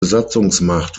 besatzungsmacht